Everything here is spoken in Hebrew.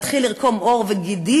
אני יודעת, מתחיל לקרום עור וגידים.